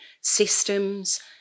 systems